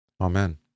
Amen